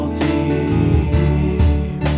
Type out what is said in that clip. team